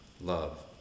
love